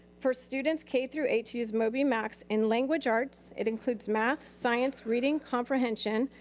for students k through eight to use moby max in language arts, it includes math, science, reading comprehension,